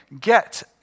get